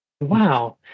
wow